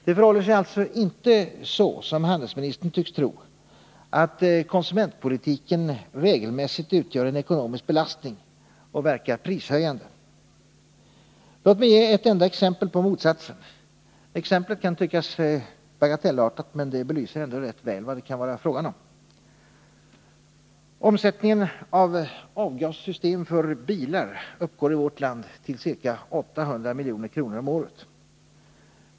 Det förhåller sig alltså inte så, som handelsministern tycks tro, att konsumentpolitiken regelmässigt utgör en ekonomisk belastning och verkar prishöjande. Låt mig ge ett enda exempel på motsatsen. Exemplet kan tyckas bagatellartat. Det belyser ändå rätt väl vad det kan vara fråga om. Omsättningen av avgassystem för bilar uppgår i vårt land till ca 800 milj.kr. om året.